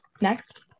Next